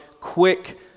quick